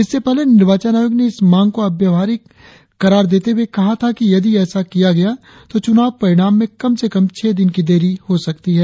इससे पहले निर्वाचन आयोग ने इस मांग को अव्यवहारिक करार देते हुए कहा था कि यदि ऐसा किया गया तों चुनाव परिणाम में कम से कम छह दिन की देरी हो सकती है